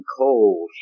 cold